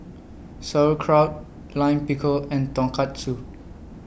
Sauerkraut Lime Pickle and Tonkatsu